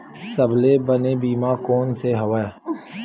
सबले बने बीमा कोन से हवय?